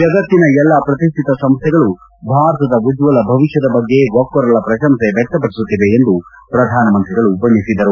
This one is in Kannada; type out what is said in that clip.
ಜಗತ್ತಿನ ಎಲ್ಲ ಪ್ರತಿಷ್ಠಿತ ಸಂಸ್ಥೆಗಳು ಭಾರತದ ಉಜ್ಜಲ ಭವಿಷ್ಠದ ಬಗ್ಗೆ ಒಕೊರಲ ಪ್ರಶಂಸೆ ವ್ಯಕ್ತಪಡಿಸುತ್ತಿವೆ ಎಂದು ಪ್ರಧಾನಮಂತ್ರಿಗಳು ಬಣ್ಣಿಸಿದರು